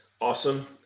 Awesome